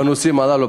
בנושאים הללו,